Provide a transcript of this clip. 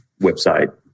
website